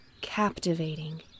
captivating